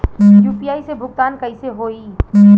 UPI से भुगतान कइसे होहीं?